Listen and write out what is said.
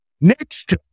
Next